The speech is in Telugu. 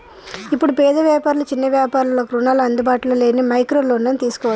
ఇప్పుడు పేద వ్యాపారులు చిన్న వ్యాపారులకు రుణాలు అందుబాటులో లేని మైక్రో లోన్లను తీసుకోవచ్చు